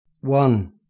one